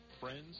friends